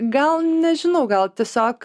gal nežinau gal tiesiog